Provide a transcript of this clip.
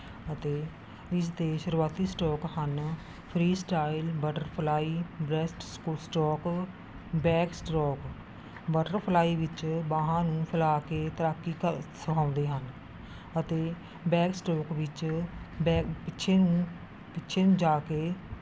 ਅਤੇ ਇਸਦੇ ਸ਼ੁਰੂਆਤੀ ਸਟ੍ਰੋਕ ਹਨ ਫਰੀਸਟਾਈਲ ਬਟਰਫਲਾਈ ਬ੍ਰੈਸਟ ਸਕੂ ਸਟ੍ਰੋਕ ਬੈਕਸਟ੍ਰੋਕ ਬਟਰਫਲਾਈ ਵਿੱਚ ਬਾਹਾਂ ਨੂੰ ਫੈਲਾ ਕੇ ਤੈਰਾਕੀ ਸਿਖਾਉਂਦੇ ਹਨ ਅਤੇ ਬੈਕਸਟ੍ਰੋਕ ਵਿੱਚ ਬੈਕ ਪਿੱਛੇ ਨੂੰ ਪਿੱਛੇ ਨੂੰ ਜਾ ਕੇ